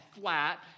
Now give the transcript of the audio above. flat